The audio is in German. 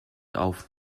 auf